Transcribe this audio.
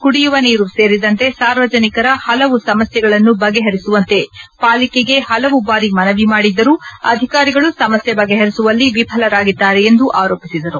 ಕುಡಿಯುವ ನೀರು ಸೇರಿದಂತೆ ಸಾರ್ವಜನಿಕರ ಹಲವು ಸಮಸ್ಯೆಗಳನ್ನು ಬಗೆಹರಿಸುವಂತೆ ಪಾಲಿಕೆಗೆ ಹಲವು ಬಾರಿ ಮನವಿ ಮಾಡಿದ್ದರೂ ಅಧಿಕಾರಿಗಳು ಸಮಸ್ಯೆ ಬಗೆಹರಿಸುವಲ್ಲಿ ವಿಫಲರಾಗಿದ್ದಾರೆ ಎಂದು ಆರೋಪಿಸಿದರು